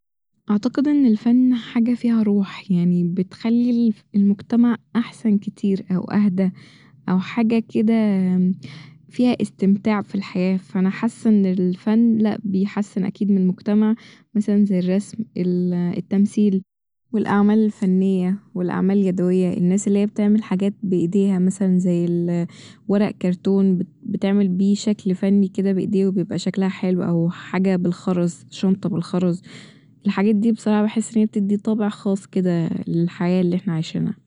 أعتقد إن الفن حاجة فيها روح يعني بتخلي الف- المجتمع احسن كتير او اهدى او حاجة كده فيها استمتاع فالحياة ، ف انا حاسه ان الفن لا بيحسن اكيد م المجتمع مثلا زي الرسم ال- التمثيل والأعمال الفنية والأعمال اليدوية الناس اللي هي بتعمل حاجات بايديها مثلا زي ال ورق كرتون بت- بتعمل بيه شكل فني كده بايديه وبيبقى شكلها حلو أو حاجة بالخرز شنطة بالخرز ، الحاجات دي بصراحة بحس إن هي بتدي طابع خاص كده للحياة اللي احنا عايشينها